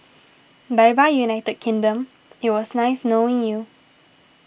bye bye United Kingdom it was nice knowing you